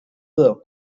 紫色